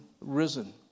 risen